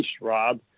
Rob